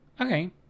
Okay